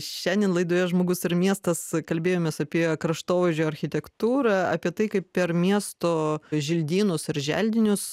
šiandien laidoje žmogus ir miestas kalbėjomės apie kraštovaizdžio architektūrą apie tai kaip per miesto želdynus ar želdinius